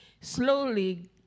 Slowly